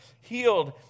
healed